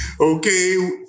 Okay